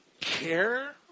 care